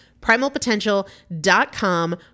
Primalpotential.com